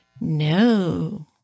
no